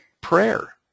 prayer